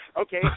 Okay